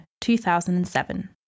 2007